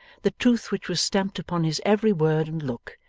the truth which was stamped upon his every word and look,